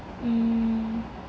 mm